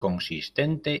consistente